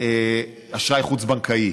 אשראי חוץ-בנקאי.